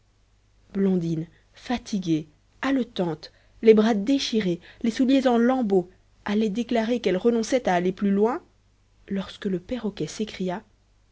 blondine fatiguée haletante les bras déchirés les souliers en lambeaux allait déclarer qu'elle renonçait à aller plus loin lorsque le perroquet s'écria